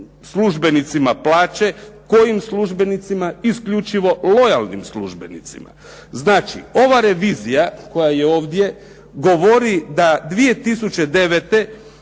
službenicima plaće, kojim službenicima? Isključivo lojalnim službenicima. Znači ova revizija koja je ovdje govori da 2009.